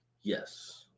Yes